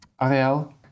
Ariel